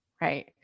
right